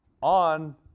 on